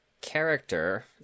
character